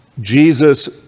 Jesus